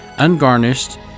ungarnished